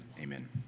Amen